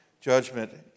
Judgment